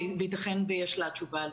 אלה שיש להם יכולת לטפל מרחוק,